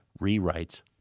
rewrites